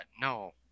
no